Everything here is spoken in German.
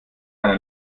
einer